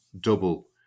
double